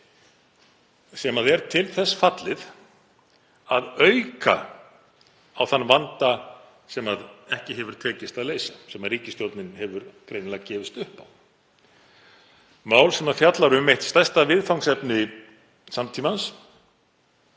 sem er til þess fallið að auka á þann vanda sem ekki hefur tekist að leysa, sem ríkisstjórnin hefur greinilega gefist upp á. Mál sem fjallar um eitt stærsta viðfangsefni samtímans,